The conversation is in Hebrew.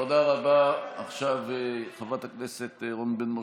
אחד מכל 120, כבר מת.